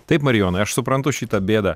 taip marijonai aš suprantu šitą bėdą